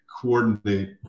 coordinate